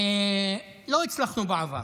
לא הצלחנו בעבר.